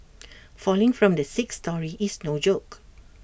falling from the sixth storey is no joke